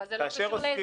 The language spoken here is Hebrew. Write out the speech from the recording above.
אבל זה לא קשור לאזרחים.